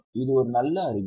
இது ஒரு நல்ல அறிகுறி